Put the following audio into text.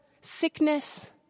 sickness